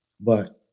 But-